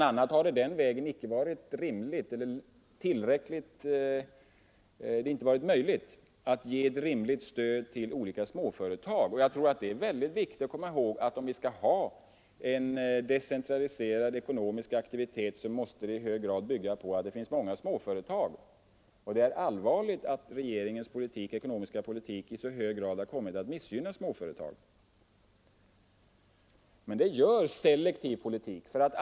a. har det på den vägen icke varit möjligt att ge rimligt stöd till olika småföretag. Jag tror att det är mycket viktigt att komma ihåg att en decentraliserad ekonomisk politik i hög grad måste bygga på det förhållandet att det finns många småföretag. Det är allvarligt att regeringens ekonomiska politik i så hög grad har kommit att missgynna småföretag. Det blir nämligen fallet vid en selektiv politik.